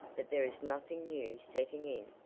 that there is nothing new setting in.